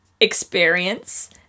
experience